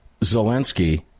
Zelensky